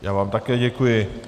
Já vám také děkuji.